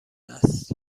است